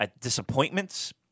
Disappointments